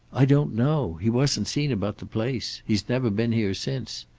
i don't know. he wasn't seen about the place. he's never been here since.